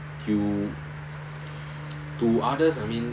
you to others I mean